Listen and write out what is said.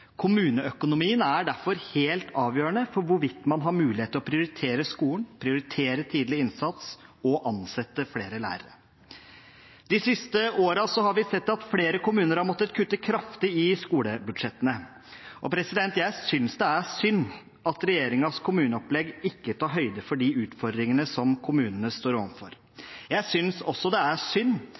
Kommuneøkonomien er derfor helt avgjørende for hvorvidt man har mulighet til å prioritere skolen, prioritere tidlig innsats og ansette flere lærere. De siste årene har vi sett at flere kommuner har måttet kutte kraftig i skolebudsjettene, og jeg synes det er synd at regjeringens kommuneopplegg ikke tar høyde for de utfordringene som kommunene står overfor. Jeg synes også det er synd